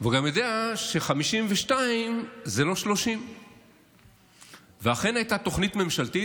והוא גם יודע ש-52 זה לא 30. ואכן הייתה תוכנית ממשלתית,